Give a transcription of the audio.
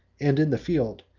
and in the field,